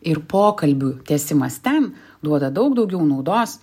ir pokalbių tęsimas ten duoda daug daugiau naudos